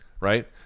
right